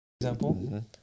example